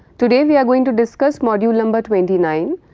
today we are going to discuss module number twenty nine,